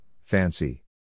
fancy